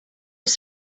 was